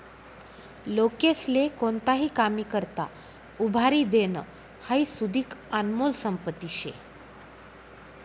लोकेस्ले कोणताही कामी करता उभारी देनं हाई सुदीक आनमोल संपत्ती शे